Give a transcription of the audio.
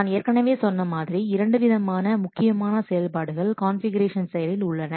நான் ஏற்கனவே சொன்ன மாதிரி இரண்டு விதமான முக்கியமான செயல்பாடுகள் கான்ஃபிகுரேஷன் செயலில் உள்ளன